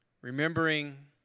remembering